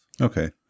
Okay